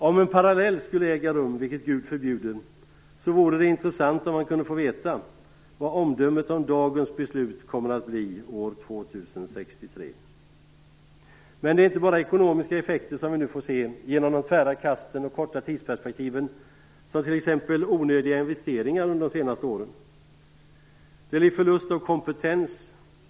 Om en parallell utveckling skulle äga rum - vilket Gud förbjude - vore det intressant om man kunde få veta vad omdömet om dagens beslut kommer att bli år 2063. Men det är inte bara ekonomiska effekter som vi nu får se genom de tvära kasten och korta tidsperspektiven som t.ex. onödiga investeringar under de senaste åren. Det blir förlust av kompetens.